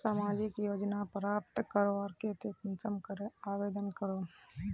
सामाजिक योजना प्राप्त करवार केते कुंसम करे आवेदन करूम?